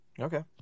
Okay